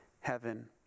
heaven